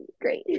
great